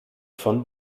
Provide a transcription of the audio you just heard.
von